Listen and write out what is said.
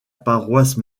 paroisse